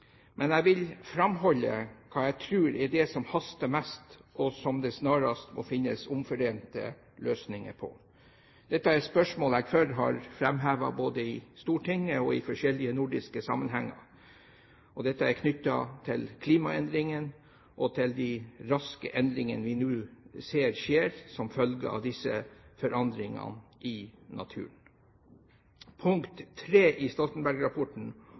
men jeg vil framholde det jeg tror er det som haster mest, og som det snarest må finnes omforente løsninger på. Dette er spørsmål jeg før har framhevet både i Stortinget og i forskjellige nordiske sammenhenger. Dette er knyttet til klimaendringene og til de raske endringene vi nå ser skjer som følge av disse forandringene i naturen. Punkt 3 i